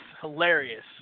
hilarious